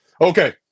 okay